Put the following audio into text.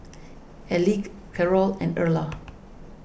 Elige Carrol and Erla